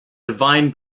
divine